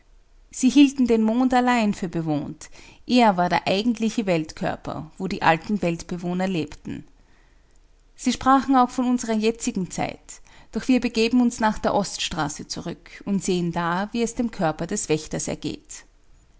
sie hielten den mond allein für bewohnt er war der eigentliche weltkörper wo die alten weltbewohner lebten sie sprachen auch von unserer jetzigen zeit doch wir begeben uns nach der oststraße zurück und sehen da wie es dem körper des wächters ergeht